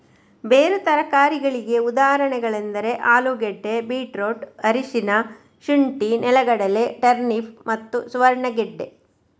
ಬೇರು ತರಕಾರಿಗಳಿಗೆ ಉದಾಹರಣೆಗಳೆಂದರೆ ಆಲೂಗೆಡ್ಡೆ, ಬೀಟ್ರೂಟ್, ಅರಿಶಿನ, ಶುಂಠಿ, ನೆಲಗಡಲೆ, ಟರ್ನಿಪ್ ಮತ್ತು ಸುವರ್ಣಗೆಡ್ಡೆ